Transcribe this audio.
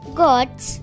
gods